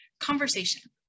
conversation